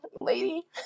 lady